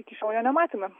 iki šiol jo nematėme